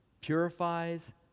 purifies